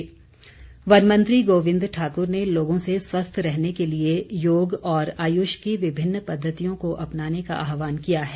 गोविंद वनमंत्री गोविंद ठाकुर ने लोगों से स्वस्थ रहने के लिए योग और आयुष की विभिन्न पद्वतियों को अपनाने का आहवान किया है